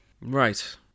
Right